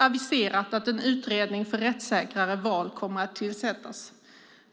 aviserat att en utredning för rättssäkrare val kommer att tillsättas.